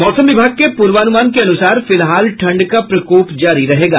मौसम विभाग के पूर्वानुमान के अनुसार फिलहाल ठंड का प्रकोप जारी रहेगा